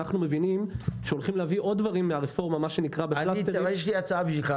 אנחנו מבינים שהולכים להביא עוד דברים מהרפורמה -- יש לי הצעה בשבילך,